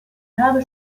habe